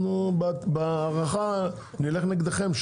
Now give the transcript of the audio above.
אנחנו בהארכה נלך נגדכם.